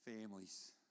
Families